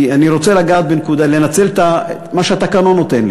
הצעת החוק הזאת היא